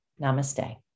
Namaste